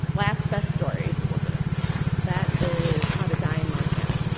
last best stories. and what's that episode called? that is how to die in montana.